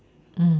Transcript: mm